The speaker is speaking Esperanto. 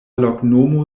loknomo